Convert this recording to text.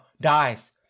dies